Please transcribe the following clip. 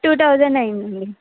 to thousand అయ్యిందండి